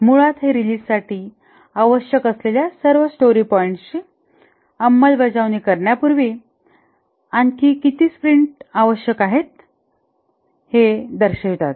मुळात हे रिलीझसाठी आवश्यक असलेल्या सर्व स्टोरी पॉईंट्सची अंमलबजावणी करण्यापूर्वी आणखी किती स्प्रिंट्स आवश्यक आहेत हे दर्शवितात